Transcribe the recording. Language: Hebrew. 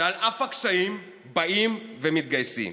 שעל אף הקשיים באים ומתגייסים.